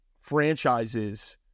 franchises